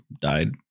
died